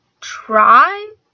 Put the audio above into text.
try